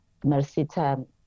Mercita